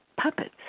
puppets